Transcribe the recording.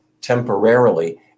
temporarily